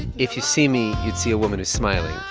if you see me, you'd see a woman who's smiling.